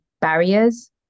barriers